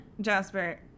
Jasper